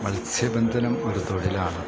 മത്സ്യബന്ധനം ഒരു തൊഴിലാണ്